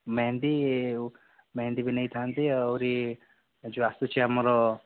ମେହେନ୍ଦି ମେହେନ୍ଦି ବି ନେଇଥାନ୍ତି ଆହୁରି ଯେଉଁ ଆସୁଛି ଆମର